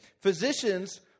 physicians